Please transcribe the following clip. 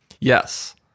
Yes